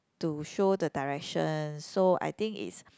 to show the directions so I think is